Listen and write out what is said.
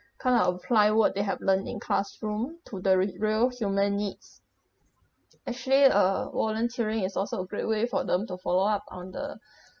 kind of apply what they have learn in classroom to the r~ real human needs actually err volunteering is also a great way for them to follow up on the